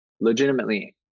legitimately